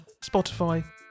spotify